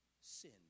Sin